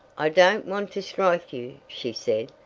i don't want to strike you, she said,